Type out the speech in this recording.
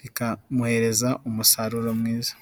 bikamuhereza umusaruro mwiza.